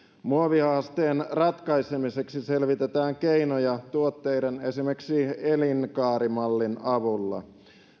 muovihaasteen ratkaisemiseksi selvitetään keinoja esimerkiksi tuotteiden elinkaarimallin avulla